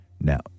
Now